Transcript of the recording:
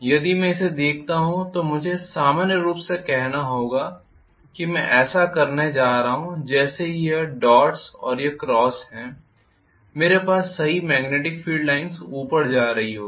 यदि मैं इसे देखता हूं तो मुझे सामान्य रूप से कहना होगा कि मैं ऐसा करने जा रहा हूं जैसे कि यह डॉट्स है और यह क्रॉस है मेरे पास सही मेग्नेटिक फील्ड लाइन्स ऊपर जा रही होगी